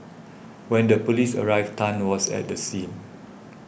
when the police arrived Tan was at the scene